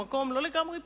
במקום לא לגמרי פשוט,